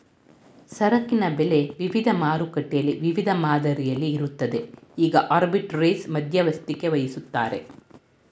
ಸರಕಿನ ಬೆಲೆ ವಿವಿಧ ಮಾರುಕಟ್ಟೆಯಲ್ಲಿ ವಿವಿಧ ಮಾದರಿಯಲ್ಲಿ ಇರುತ್ತದೆ ಈಗ ಆರ್ಬಿಟ್ರೆರೇಜ್ ಮಧ್ಯಸ್ಥಿಕೆವಹಿಸತ್ತರೆ